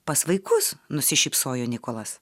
pas vaikus nusišypsojo nikolas